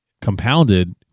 compounded